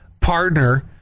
partner